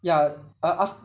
ya a~ aft~